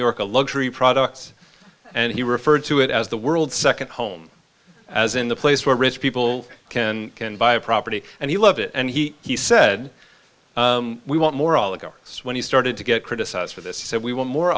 york a luxury products and he referred to it as the world's nd home as in the place where rich people can can buy a property and he love it and he said we want more all ago when he started to get criticized for this so we will more